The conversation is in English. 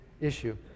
issue